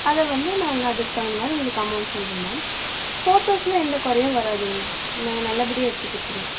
அதை வந்து நாங்கள் அதுக்கு தகுந்த மாதிரி உங்களுக்கு அமௌண்ட் சொல்வோம் மேம் ஃபோட்டோஸ்ல எந்த குறையும் வராதுங்க மேம் நாங்கள் நல்லபடியாக எடுத்துக்கொடுத்துருவோம்